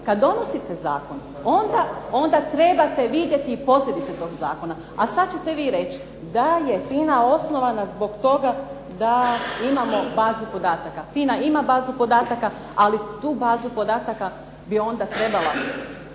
kada donosite zakon onda trebate vidjeti posljedice tih zakona, a sada ćete vi reći da je FINA osnovana zbog toga da imamo bazu podataka. FINA ima bazu podataka, ali tu bazu podataka bi trebala